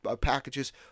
packages